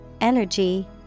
energy